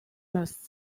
most